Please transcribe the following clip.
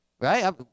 right